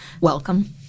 welcome